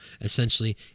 essentially